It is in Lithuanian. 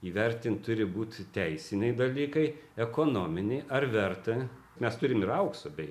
įvertint turi būt teisiniai dalykai ekonominiai ar verta mes turim ir aukso beje